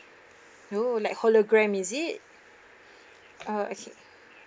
oh like hologram is it oh okay